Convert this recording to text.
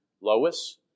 Lois